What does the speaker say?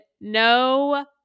no